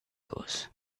goes